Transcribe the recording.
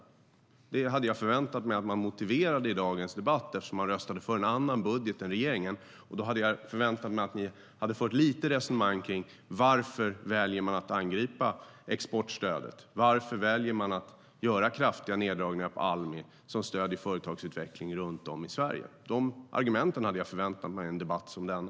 Det hade jag förväntat mig att man skulle motivera i dagens debatt eftersom man röstade för en annan budget än regeringens. Jag hade förväntat mig att man skulle föra resonemang om varför man väljer att angripa exportstödet och om varför man väljer att göra kraftiga neddragningar på Almi, som stöder företagsutveckling runt om i Sverige. De argumenten hade jag förväntat mig i en debatt som denna.